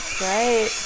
Right